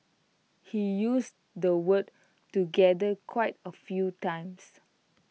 he used the word together quite A few times